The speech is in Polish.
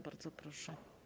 Bardzo proszę.